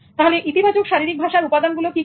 তাহলে ইতিবাচক শারীরিক ভাষার উপাদানগুলো কি কি